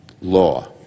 law